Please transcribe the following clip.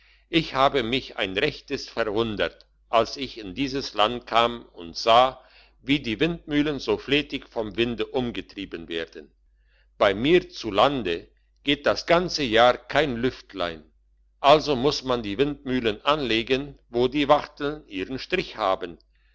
ich habe mich ein rechtes verwundert als ich in dieses land kam und sah wie die windmühlen so flätig vom winde umgetrieben werden bei mir zulande geht das ganze jahr kein lüftlein also muss man die windmühlen anlegen wo die wachteln ihren strich haben